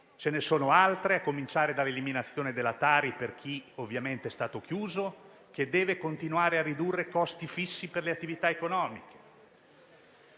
ce ne sono altre, a cominciare dall'eliminazione della Tari per chi ovviamente è stato chiuso e deve continuare a ridurre costi fissi per le attività economiche.